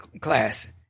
class